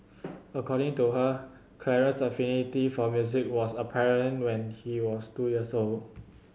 according to her Clarence's affinity for music was apparent when he was two years old